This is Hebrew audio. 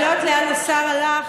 אני לא יודעת לאן השר הלך,